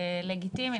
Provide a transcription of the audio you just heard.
וזה לגיטימי.